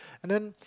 and then